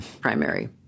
primary